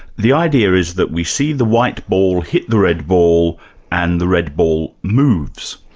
the idea is that we see the white ball hit the red ball and the red ball moves.